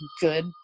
good